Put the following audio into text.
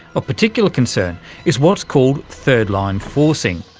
ah particular concern is what's called third-line forcing.